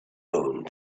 own